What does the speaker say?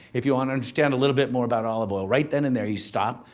if you wanna understand a little bit more about olive oil, right then and there you stop,